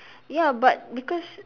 ya but because